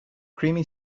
creamy